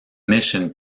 mission